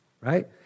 right